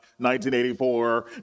1984